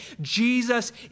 Jesus